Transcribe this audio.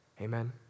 Amen